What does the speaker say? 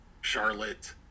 Charlotte